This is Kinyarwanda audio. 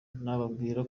nababwira